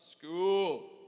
school